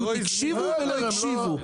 הקשיבו ולא הקשיבו,